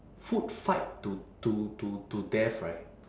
food fight to to to to death right